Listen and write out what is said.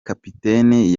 kapiteni